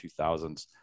2000s